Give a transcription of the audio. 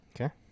Okay